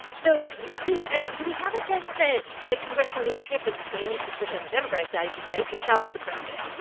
so, sue, do we have a sense that the congressional leadership is planning especially on the democratic side, i should say to challenge the president?